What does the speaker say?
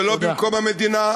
זה לא במקום המדינה,